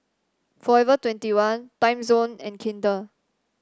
forever twenty one Timezone and Kinder